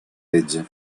legge